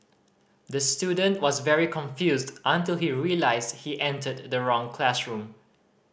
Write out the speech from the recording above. the student was very confused until he realised he entered the wrong classroom